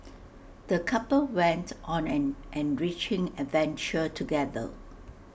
the couple went on an enriching adventure together